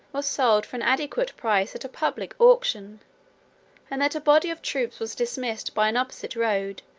was sold for an adequate price at a public auction and that a body of troops was dismissed by an opposite road,